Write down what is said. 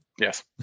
Yes